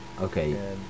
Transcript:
okay